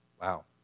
Wow